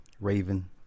Raven